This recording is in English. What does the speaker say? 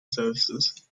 services